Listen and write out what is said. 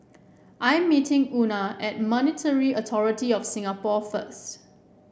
I'm meeting Una at Monetary Authority Of Singapore first